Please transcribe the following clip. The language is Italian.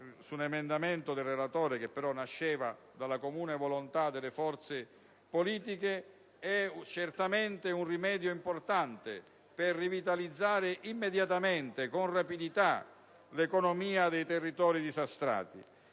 con un emendamento del relatore che nasceva dalla comune volontà delle forze politiche, è certamente un rimedio importante per rivitalizzare immediatamente l'economia dei territori disastrati.